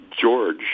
George